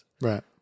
Right